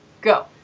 go